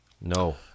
No